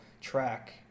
track